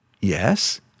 Yes